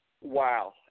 wow